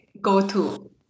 go-to